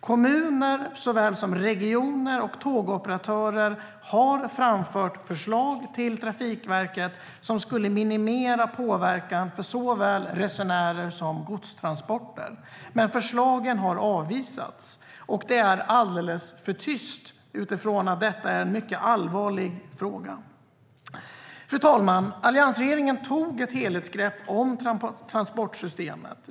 Kommuner, regioner och tågoperatörer har framfört förslag till Trafikverket som skulle minimera påverkan för såväl resenärer som godstransporter. Men förslagen har avvisats. Det är alldeles för tyst utifrån att detta en mycket allvarlig fråga. Fru talman! Alliansregeringen tog ett helhetsgrepp om transportsystemet.